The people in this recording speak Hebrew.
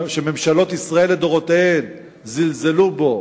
שממשלות ישראל לדורותיהן זלזלו בו,